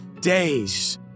days